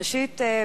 ראשית,